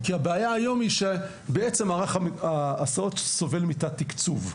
כיום הבעיה היא שמערך ההסעות סובל מתת-תקצוב.